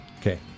okay